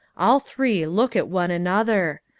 all three look at one another.